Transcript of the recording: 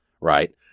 right